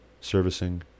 servicing